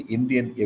Indian